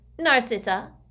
Narcissa